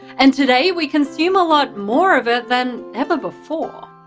and today, we consume a lot more of it than ever before.